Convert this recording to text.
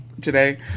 today